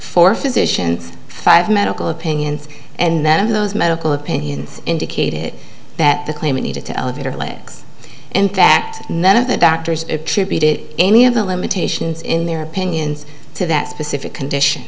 four physicians five medical opinions and then those medical opinions indicated that the claimant needed to elevate her legs and that none of the doctors attributed any of the limitations in their opinions to that specific condition